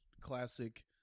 classic